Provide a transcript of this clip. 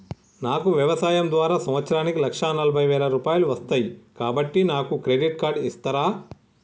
నాకు వ్యవసాయం ద్వారా సంవత్సరానికి లక్ష నలభై వేల రూపాయలు వస్తయ్, కాబట్టి నాకు క్రెడిట్ కార్డ్ ఇస్తరా?